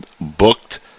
booked